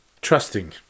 trusting